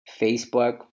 Facebook